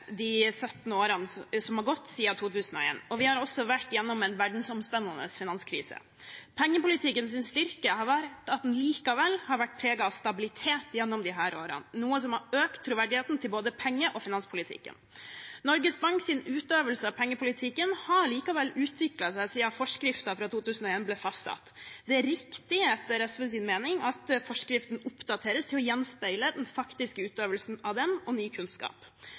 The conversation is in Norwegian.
også vært igjennom en verdensomspennende finanskrise. Pengepolitikkens styrke har vært at den likevel har vært preget av stabilitet gjennom disse årene, noe som har økt troverdigheten til både penge- og finanspolitikken. Norges Banks utøvelse av pengepolitikken har likevel utviklet seg siden forskriften fra 2001 ble fastsatt. Det er riktig, etter SVs mening, at forskriften oppdateres til å gjenspeile den faktiske utøvelsen av den og ny kunnskap.